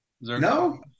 no